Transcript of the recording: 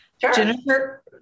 Jennifer